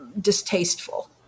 distasteful